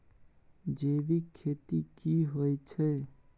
जैविक खेती की होए छै?